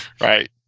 Right